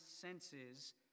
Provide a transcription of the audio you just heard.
senses